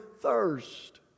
thirst